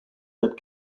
that